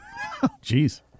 Jeez